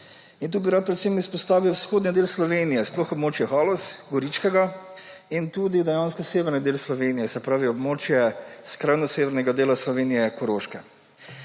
Tukaj bi rad predvsem izpostavil vzhodni del Slovenije, sploh območje Haloz, Goričkega, in tudi dejansko severni del Slovenije, se pravi območje skrajno severnega dela Slovenije – Koroške.